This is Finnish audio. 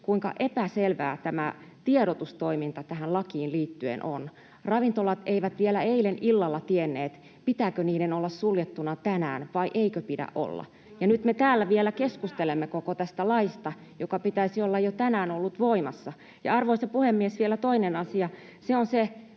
kuinka epäselvää tämä tiedotustoiminta tähän lakiin liittyen on. Ravintolat eivät vielä eilen illalla tienneet, pitääkö niiden olla suljettuna tänään vai eikö pidä olla, [Anneli Kiljusen välihuuto] ja nyt me täällä vielä keskustelemme koko tästä laista, jonka olisi pitänyt olla jo tänään voimassa. Arvoisa puhemies! Vielä toinen asia: Se on se